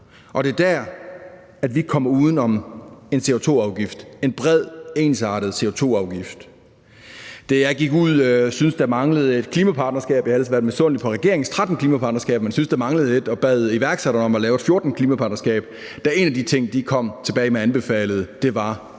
Det er der, vi ikke kommer uden om en CO2-afgift – en bred, ensartet CO2-afgift. Da jeg gik ud og sagde, at jeg syntes, der manglede et klimapartnerskab – jeg havde været misundelig på regeringens 13 klimapartnerskaber, men syntes, der manglede et – og bad iværksættere om at lave et 14. klimapartnerskab, var en CO2-afgift en af de ting, de kom tilbage med og anbefalede. For